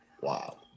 Wow